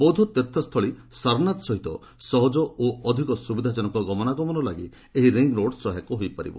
ବୌଦ୍ଧ ତୀର୍ଥସ୍ଥଳୀ ସାରନାଥ ସହ ସହଜ ଓ ଅଧିକ ସୁବିଧାଜନକ ଗମନାଗମନ ପାଇଁ ଏହି ରିଙ୍ଗ୍ ରୋଡ୍ ସହାୟକ ହୋଇପାରିବ